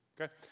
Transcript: Okay